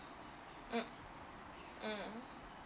mm mm